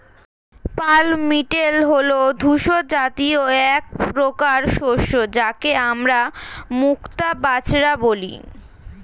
pearl millet হল ধূসর জাতীয় একপ্রকার শস্য যাকে আমরা মুক্তা বাজরা বলি